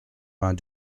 vingt